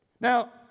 now